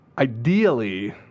Ideally